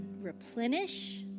replenish